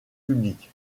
public